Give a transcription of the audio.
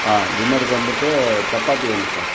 டின்னருக்கு வந்துட்டு சப்பாத்தி வேணும் சார்